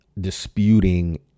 disputing